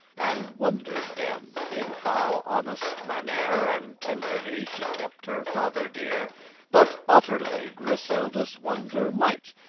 and wonder'd them in how honest mannere and tenderly she kept her father dear but utterly griseldis wonder might,